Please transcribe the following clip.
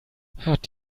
hat